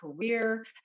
career